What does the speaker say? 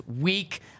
week